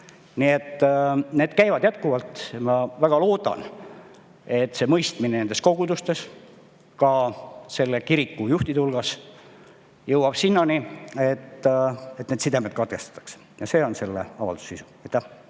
Need käivad jätkuvalt. Ma väga loodan, et mõistmine nendes kogudustes, ka selle kiriku juhtide hulgas jõuab sinnani, et need sidemed katkestatakse. See on selle avalduse sisu.